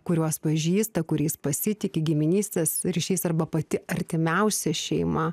kuriuos pažįsta kuriais pasitiki giminystės ryšys arba pati artimiausia šeima